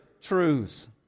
truths